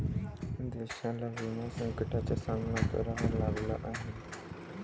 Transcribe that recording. देशाला विमा संकटाचा सामना करावा लागला आहे